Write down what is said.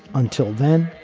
until then,